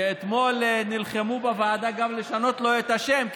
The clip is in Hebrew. שאתמול נלחמו בוועדה גם לשנות לו את השם,